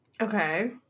Okay